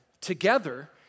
together